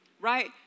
Right